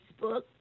facebook